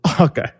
Okay